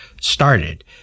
started